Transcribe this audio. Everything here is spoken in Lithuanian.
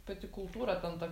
pati kultūra ten ta